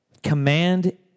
Command